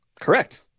Correct